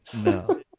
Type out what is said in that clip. No